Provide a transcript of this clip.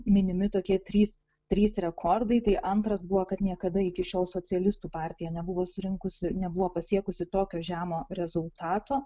minimi tokie trys trys rekordai tai antras buvo kad niekada iki šiol socialistų partija nebuvo surinkusi nebuvo pasiekusi tokio žemo rezultato